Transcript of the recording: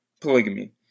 polygamy